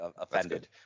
offended